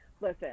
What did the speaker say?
listen